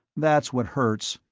that's what hurts,